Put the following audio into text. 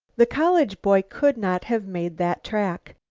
the college boy could not have made that track.